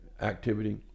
activity